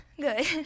good